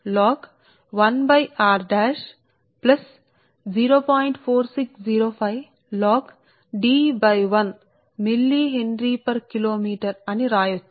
కాబట్టి r11 కు బదులుగా నేరుగా r' అర్థమయ్యేలా మేము వ్రాస్తున్నాము ఎటువంటి గందరగోళం ఉండ కూడదని